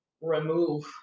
remove